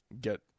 get